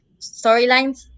storylines